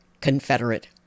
Confederate